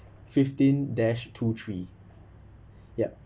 fifteen dash two three yup